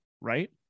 Right